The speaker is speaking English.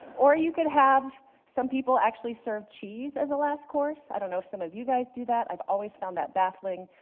or you can have, some people actually serve cheese as a last course, i don't know some of you guys do that, i've always found that baffling.